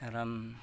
आराम